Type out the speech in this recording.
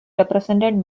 represented